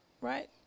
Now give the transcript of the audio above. right